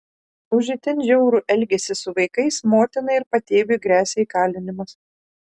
už itin žiaurų elgesį su vaikais motinai ir patėviui gresia įkalinimas